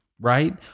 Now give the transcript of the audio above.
Right